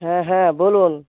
হ্যাঁ হ্যাঁ বলুন